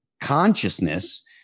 consciousness